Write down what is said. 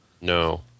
No